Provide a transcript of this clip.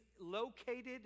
located